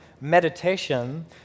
meditation